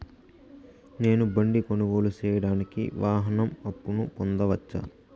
నేను బండి కొనుగోలు సేయడానికి వాహన అప్పును పొందవచ్చా?